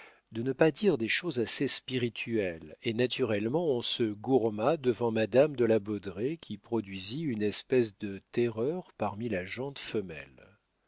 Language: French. de ne pas dire des choses assez spirituelles et naturellement on se gourma devant madame de la baudraye qui produisit une espèce de terreur parmi la gent femelle